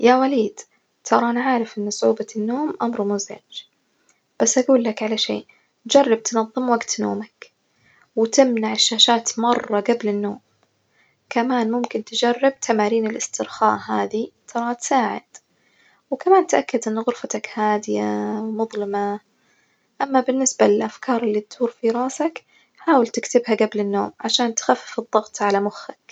يا وليد، ترى أنا أعرف إن صعوبة النوم أمر مزعج بس أجولك على شئ جرب تنظم وجت نومك، وتمنع الشاشات مرة جبل النوم، كمان ممكن تجرب تمارين الاسترخاء هذه ترى تساعد، وكمان تأكد إن غرفتك هادية ومظلمة، أما بالنسبة للأفكار اللي بتدور في راسك حاول تكتبها جبل النوم عشان تخفف الضغط على مخك.